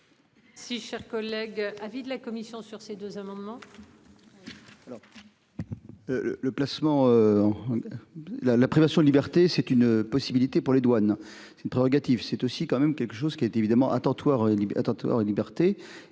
Si cher collègue avis de la commission sur ces deux amendements.